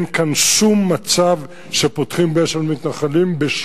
אין בזה שום היבט, לא